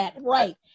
Right